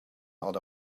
held